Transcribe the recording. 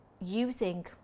using